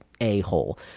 a-hole